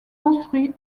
construit